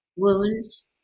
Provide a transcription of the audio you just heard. wounds